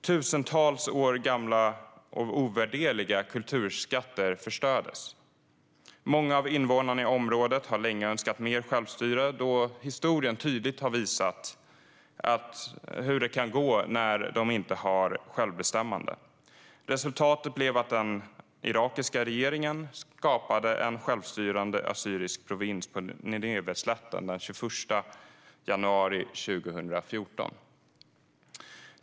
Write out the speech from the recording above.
Tusentals år gamla och ovärderliga kulturskatter förstördes. Många av invånarna i området har länge önskat mer självstyre, då historien tydligt har visat hur det kan gå när de inte har självbestämmande. Resultatet blev att den irakiska regeringen skapade en självstyrande assyrisk provins på Nineveslätten den 21 januari 2014.